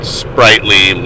sprightly